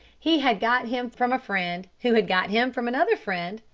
he had got him from a friend, who had got him from another friend,